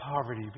poverty